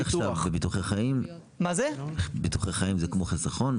ביטוחי חיים זה כמו חיסכון?